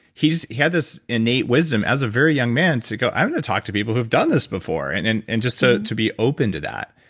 he had this innate wisdom as a very young man to go, i'm going to talk to people who have done this before, and and and just to to be open to that.